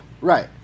Right